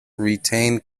retained